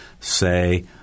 say –